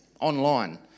online